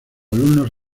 alumnos